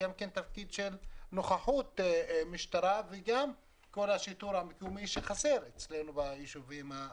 בתפקיד נוכחות משטרה וכל השיטור המקומי שחסר אצלנו בישובים הערבים.